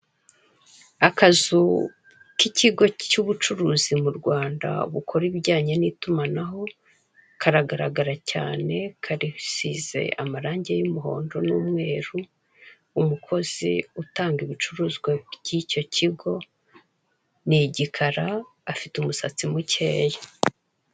Akazu k'ikigo cy'ubucuruzi mu Rwanda bukora ibijyanye n'itumanaho, karagaragara cyane, karisize amarangi y'umuhondo n'umweru, umukozi utanga ibicuruzwa by'icyo kigo ni igikara, afite umusatsi mukeya.